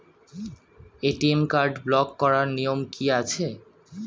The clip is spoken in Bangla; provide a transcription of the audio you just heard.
এ.টি.এম কার্ড ব্লক করার নিয়ম কি আছে?